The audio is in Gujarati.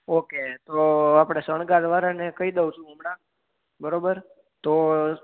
ઓકે તો આપડે શણગાર વાળાને કઈ દયું છું હમણાં બરોબર તો